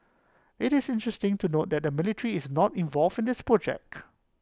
IT is interesting to note that the military is not involved in this project